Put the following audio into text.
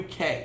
uk